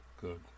Good